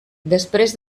després